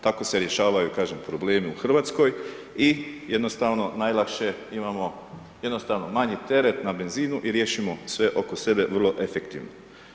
Tako se rješavaju, kažem problemi u Hrvatskoj i jednostavno najlakše imamo jednostavno manji teret na benzinu i riješimo sve oko sebe vrlo efektivno.